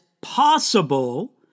possible